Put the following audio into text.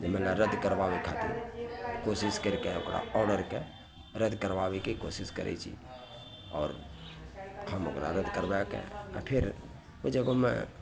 जे माने रद्द करबाबै खातिर कोशिश करिके ओकरा ऑर्डरके रद्द करबाबैके कोशिश करैत छी आओर हम ओकरा रद्द करबाएके आ फेर ओहि जगहमे